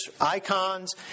icons